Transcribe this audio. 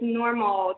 normal